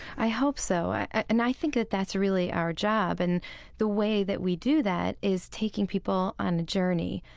i hope so. and i think that that's really our job. and the way that we do that is taking people on a journey.